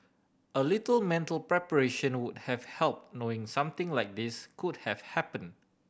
a little mental preparation would have help knowing something like this could have happen